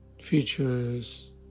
features